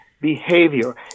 behavior